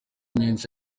menshi